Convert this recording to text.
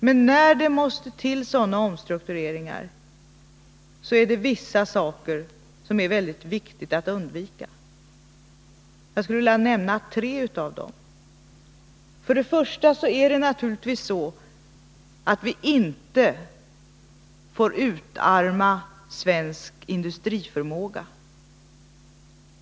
Men när det måste till sådana omstruktureringar, är det viktigt att vi tänker på vissa saker. Jag vill nämna tre av dem. För det första får vi naturligtvis inte utarma svensk industriförmåga.